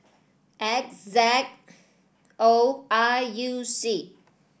X Z O I U C